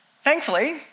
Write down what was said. Thankfully